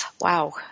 wow